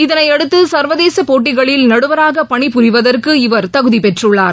இதனையடுத்து சர்வதேச போட்டிகளில் நடுவராக பணிபுரிவதற்கு இவர் தகுதி பெற்றுள்ளார்